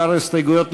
123. שאר ההסתייגויות,